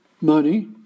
money